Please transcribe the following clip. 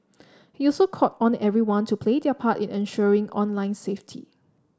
he also called on everyone to play their part in ensuring online safety